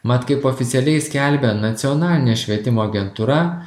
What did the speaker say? mat kaip oficialiai skelbia nacionalinė švietimo agentūra